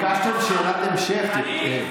ביקשתם שאלת המשך.